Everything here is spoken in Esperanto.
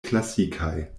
klasikaj